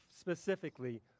specifically